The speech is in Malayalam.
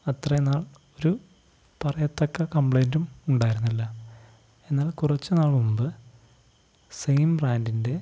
അത്രേ നാൾ ഒരു പറയത്തക്ക കംപ്ലെയിന്റും ഉണ്ടായിരുന്നില്ല എന്നാൽ കുറച്ച് നാൾ മുമ്പ് സെയിം ബ്രാൻഡിൻ്റെ